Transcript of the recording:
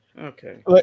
Okay